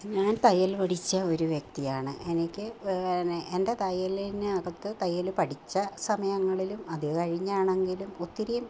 ഞാൻ തയ്യൽ പഠിച്ച ഒരു വ്യക്തിയാണ് എനിക്ക് പിന്നേ എന്റെ തയ്യലിനകത്ത് തയ്യൽ പഠിച്ച സമയങ്ങളിലും അതു കഴിഞ്ഞു ആണെങ്കിലും ഒത്തിരിയും